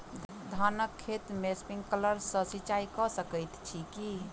धानक खेत मे स्प्रिंकलर सँ सिंचाईं कऽ सकैत छी की?